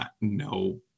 no